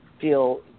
feel